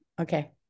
Okay